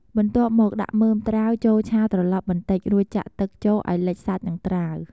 បន្ទាប់មកដាក់មើមត្រាវចូលឆាត្រឡប់បន្តិច រួចចាក់ទឹកចូលឱ្យលិចសាច់និងត្រាវ។